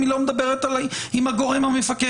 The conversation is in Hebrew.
אם היא לא מדברת עם הגורם המפקח?